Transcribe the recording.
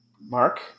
Mark